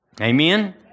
Amen